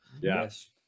Yes